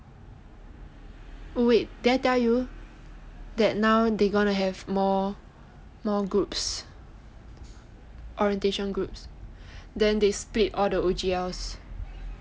wait did I tell you that now they going to have more orientation groups then they split all the O_G_L_S